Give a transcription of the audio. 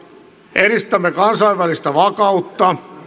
edistämme kansainvälistä vakautta